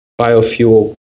biofuel